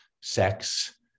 sex